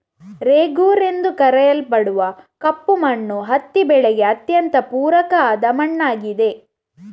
ರೇಗೂರ್ ಎಂದು ಕರೆಯಲ್ಪಡುವ ಕಪ್ಪು ಮಣ್ಣು ಹತ್ತಿ ಬೆಳೆಗೆ ಅತ್ಯಂತ ಪೂರಕ ಆದ ಮಣ್ಣಾಗಿದೆ